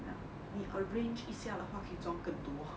ya 你 arrange 一下的话可以装更多